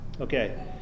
Okay